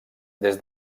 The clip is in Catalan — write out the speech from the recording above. des